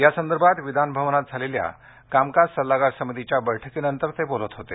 या संदर्भात विधानभवनात झालेल्या कामकाज सल्लागार समितीच्या बैठकीनंतर ते बोलत होते